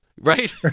Right